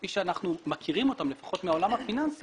כפי שאנחנו מכירים אותן לפחות מהעולם הפיננסי,